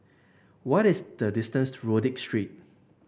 what is the distance to Rodyk Street